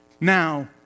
Now